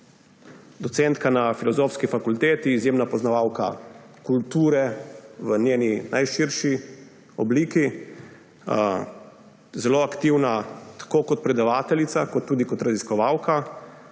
Docentka na Filozofski fakulteti. Izjemna poznavalka kulture v njeni najširši obliki. Zelo aktivna tako kot predavateljica kot tudi raziskovalka,